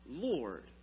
Lord